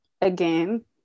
again